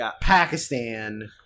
Pakistan –